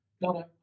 no